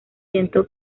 siento